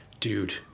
Dude